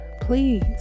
please